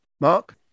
mark